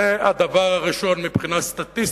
זה הדבר הראשון, מבחינה סטטיסטית,